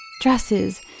dresses